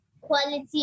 quality